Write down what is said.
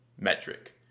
metric